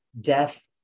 death